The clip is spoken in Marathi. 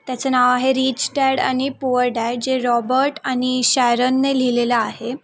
त्याचं नाव आहे रिच डॅड आणि पुअर डॅड जे रॉबट आणि शायरनने लिहिलेलं आहे